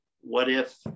what-if